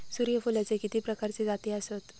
सूर्यफूलाचे किती प्रकारचे जाती आसत?